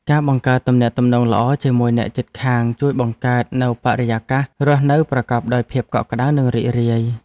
ការបង្កើតទំនាក់ទំនងល្អជាមួយអ្នកជិតខាងជួយបង្កើតនូវបរិយាកាសរស់នៅប្រកបដោយភាពកក់ក្តៅនិងរីករាយ។